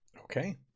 Okay